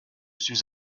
suis